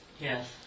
Yes